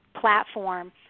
platform